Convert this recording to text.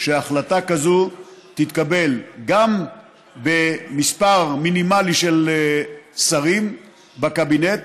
שהחלטה כזו תתקבל גם במספר מינימלי של שרים בקבינט,